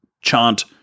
chant